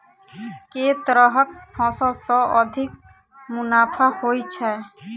केँ तरहक फसल सऽ अधिक मुनाफा होइ छै?